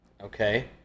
Okay